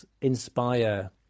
inspire